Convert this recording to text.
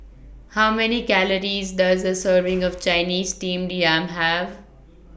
How Many Calories Does A Serving of Chinese Steamed Yam Have